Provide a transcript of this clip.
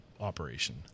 operation